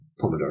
Pomodoro